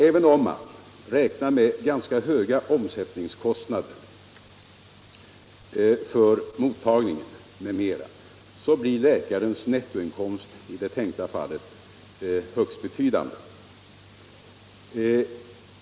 Även om man räknar med ganska höga omkostnader för mottagning m.m. blir läkarens nettoinkomst i det tänkta fallet högst betydande.